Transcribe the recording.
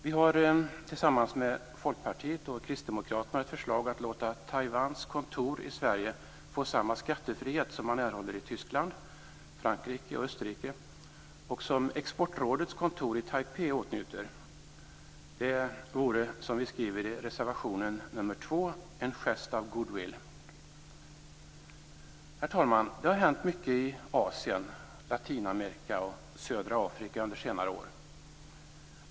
Vi har tillsammans med Folkpartiet och Kristdemokraterna ett förslag att låta Taiwans kontor i Sverige få samma skattefrihet som man erhåller i Tyskland, Frankrike och Österrike och som Exportrådets kontor i Taipei åtnjuter. Det vore en gest av goodwill, som vi skriver i reservation nr 2. Herr talman! Det har hänt mycket i Asien, Latinamerika och Södra Afrika under senare år.